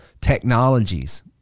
technologies